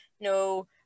no